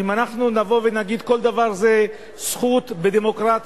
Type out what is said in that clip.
ואם אנחנו נבוא ונגיד שכל דבר זה זכות בדמוקרטיה,